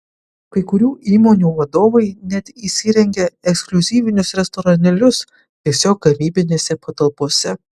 kai kurių įmonių vadovai net įsirengia ekskliuzyvinius restoranėlius tiesiog gamybinėse patalpose